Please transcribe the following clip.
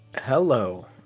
Hello